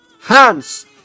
hands